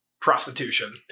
prostitution